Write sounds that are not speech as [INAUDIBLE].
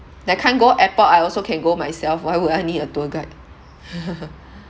that kind go airport I also can go myself why would I need a tour guide [LAUGHS]